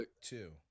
two